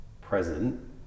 present